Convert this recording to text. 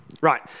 Right